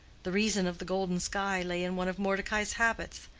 the reason of the golden sky lay in one of mordecai's habits.